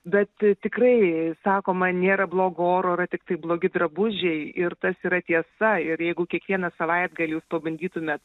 bet tikrai sakoma nėra blogo oro yra tiktai blogi drabužiai ir tas yra tiesa ir jeigu kiekvieną savaitgalį jūs pabandytumėt